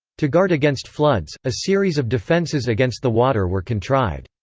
to guard against floods, a series of defences against the water were contrived.